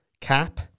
cap